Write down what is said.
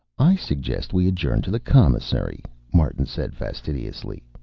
i suggest we adjourn to the commissary, martin said fastidiously.